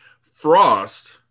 Frost